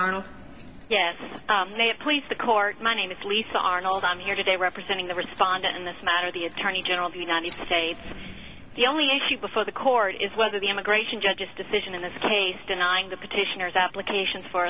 donald yes please the court my name is lisa arnold i'm here today representing the respondent in this matter the attorney general of united states the only issue before the court is whether the immigration judge's decision in this case denying the petitioners applications for